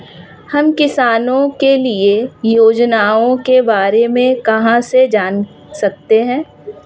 हम किसानों के लिए योजनाओं के बारे में कहाँ से जान सकते हैं?